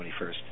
21st